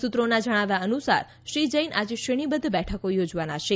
સુત્રોના જણાવ્યા અનુસાર શ્રી જૈન આજે શ્રેણીબદ્ધ બેઠકો યોજવાના છે